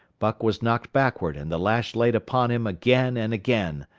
buck was knocked backward and the lash laid upon him again and again,